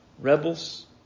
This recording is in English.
rebels